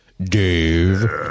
Dave